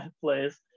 place